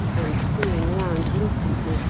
and, screwing round instantly,